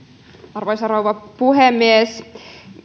arvoisa rouva puhemies